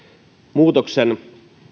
muutoksen